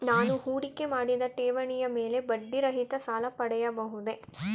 ನಾನು ಹೂಡಿಕೆ ಮಾಡಿದ ಠೇವಣಿಯ ಮೇಲೆ ಬಡ್ಡಿ ರಹಿತ ಸಾಲ ಪಡೆಯಬಹುದೇ?